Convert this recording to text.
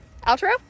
Outro